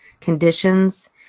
conditions